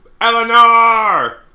Eleanor